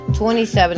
27